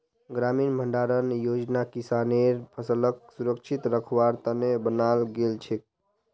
ग्रामीण भंडारण योजना किसानेर फसलक सुरक्षित रखवार त न बनाल गेल छेक